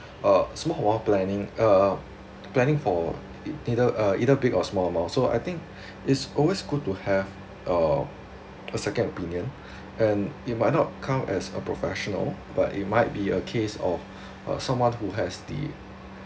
uh planning uh planning for e~ either uh either big or small amount so I think is always good to have a a second opinion and it might not come as a professional but it might be a case of uh someone who has the